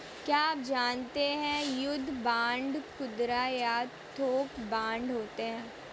क्या आप जानते है युद्ध बांड खुदरा या थोक बांड होते है?